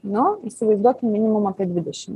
nu įsivaizduokim minimum apie dvidešim